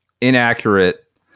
inaccurate